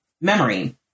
memory